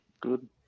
Good